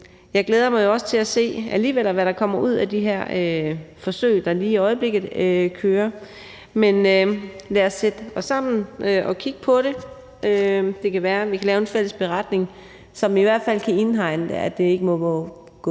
Jeg glæder mig jo alligevel også til at se, hvad der kommer ud af de her forsøg, der kører lige i øjeblikket. Men lad os sætte os sammen og kigge på det. Det kan være, vi kan lave en fælles beretning, som i hvert fald kan hegne det ind, at det